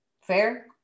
Fair